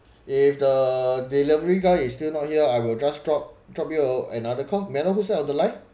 if the delivery guy is still not here I will just drop drop you another call may I know who's there on the line